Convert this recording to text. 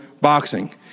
boxing